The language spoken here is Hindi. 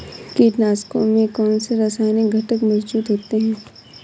कीटनाशकों में कौनसे रासायनिक घटक मौजूद होते हैं?